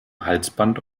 halsband